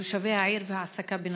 תושבי העיר וההעסקה בנצרת.